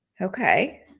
Okay